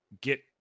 get